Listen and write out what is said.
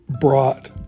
brought